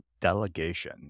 delegation